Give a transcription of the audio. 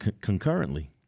concurrently